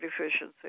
deficiency